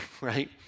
right